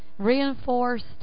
Reinforced